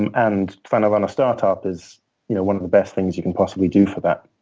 and and trying to run a startup is you know one of the best things you can possibly do for that,